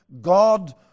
God